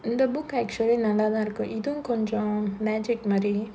and the book actually நல்லாத இருக்கு இது கொஞ்சம்:nallaadhaa irukku idhu konjam magic மாறி:maari